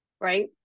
right